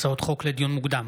הצעות חוק לדיון מוקדם,